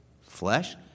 flesh